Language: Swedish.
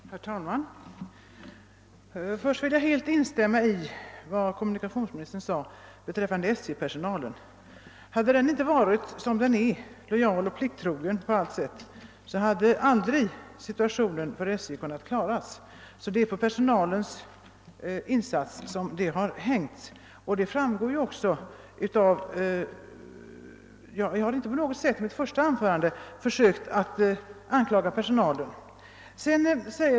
Herr talman! Först vill jag helt instämma i vad kommunikationsministern sade om SJ-personalen. Hade den inte varit som den är — lojal och plikttrogen på allt sätt — hade aldrig situationen för SJ kunnat klaras. Det är alltså på personalens insatser som det har hängt. Jag har inte heller i mitt första anförande på något vis försökt anklaga personalen.